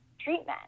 treatment